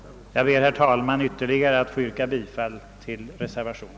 Herr talman! Jag ber att ännu en gång få yrka bifall till reservationen.